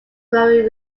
growing